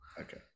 Okay